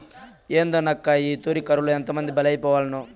ఏందోనక్కా, ఈ తూరి కరువులో ఎంతమంది బలైపోవాల్నో